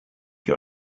your